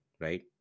right